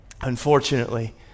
unfortunately